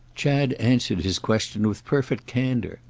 chad answered his question with perfect candour.